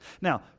Now